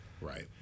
Right